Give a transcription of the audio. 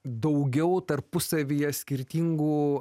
daugiau tarpusavyje skirtingų